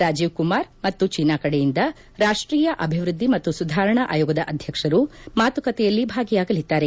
ರಾಜೀವ್ ಕುಮಾರ್ ಮತ್ತು ಚೀನಾ ಕಡೆಯಿಂದ ರಾಷ್ಲೀಯ ಅಭಿವ್ಯದ್ದಿ ಮತ್ತು ಸುಧಾರಣಾ ಆಯೋಗದ ಅಧ್ಯಕರು ಮಾತುಕತೆಯಲ್ಲಿ ಭಾಗಿಯಾಗಲಿದ್ದಾರೆ